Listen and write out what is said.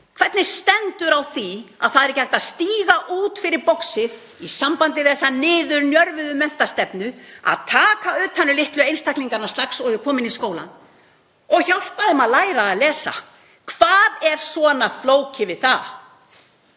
Hvernig stendur á því að það er ekki hægt að stíga út fyrir boxið í þessari niðurnjörvuðu menntastefnu, að taka utan um litlu einstaklingana strax og þeir komu inn í skólann og hjálpa þeim að læra að lesa? Hvað er svona flókið við það?